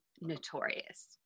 notorious